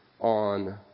on